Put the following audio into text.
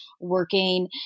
working